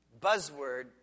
buzzword